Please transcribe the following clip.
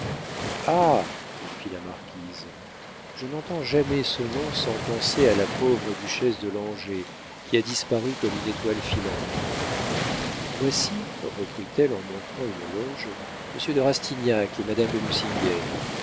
la marquise je n'entends jamais ce nom sans penser à la pauvre duchesse de langeais qui a disparu comme une étoile filante voici reprit-elle en montrant une loge monsieur de rastignac et madame de nucingen